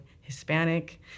Hispanic